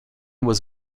was